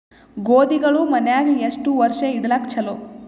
ಗೋಧಿಗಳು ಮನ್ಯಾಗ ಎಷ್ಟು ವರ್ಷ ಇಡಲಾಕ ಚಲೋ?